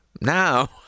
Now